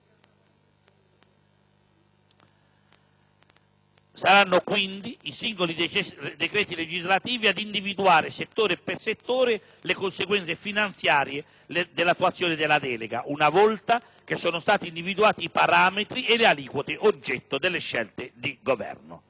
Saranno naturalmente i singoli decreti legislativi ad individuare, settore per settore, le conseguenze finanziare dell'attuazione della delega, una volta che saranno stati individuati i parametri e le aliquote oggetto delle scelte del Governo.